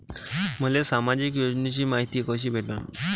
मले सामाजिक योजनेची मायती कशी भेटन?